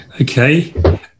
Okay